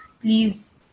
Please